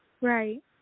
Right